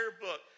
book